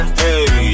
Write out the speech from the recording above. hey